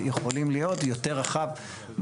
יכולים להיות יותר רחב,